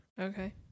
Okay